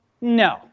No